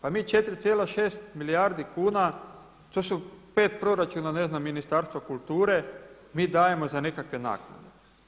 Pa mi 4,6 milijardi kuna, to su 5 proračuna ne znam Ministarstva kulture mi dajemo za nekakve naknade.